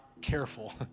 careful